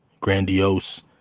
grandiose